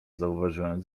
zauważyłem